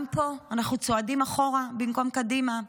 גם פה אנחנו צועדים אחורה במקום קדימה.